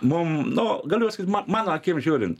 mum nu galiu pasakyt ma mano akim žiūrint